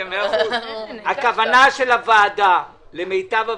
הכוונה של הוועדה למיטב הבנתי,